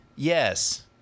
Yes